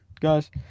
Guys